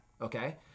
okay